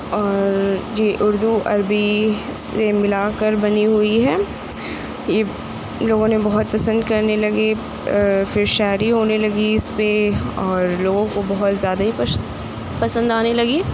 اور جی اردو عربی سے ملا کر بنی ہوئی ہے یپ ان لوگوں نے بہت پسند کرنے لگے پھر شاعری ہونے لگی اس پہ اور لوگوں کو بہت زیادہ ہی پسند آنے لگی